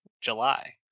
July